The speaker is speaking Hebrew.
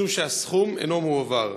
משום שהסכום אינו מועבר.